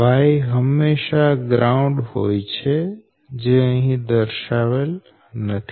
Y હંમેશા ground હોય છે જે અહીદર્શાવેલ નથી